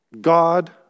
God